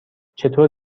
چطور